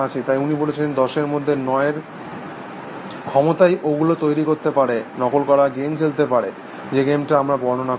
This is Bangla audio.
তাই উনি বলেছেন 10 এর মধ্যে 9 এর ক্ষমতাই ওগুলো তৈরি করতে পারে নকল করার গেম খেলতে পারে যে গেমটা আমরা বর্ণনা করব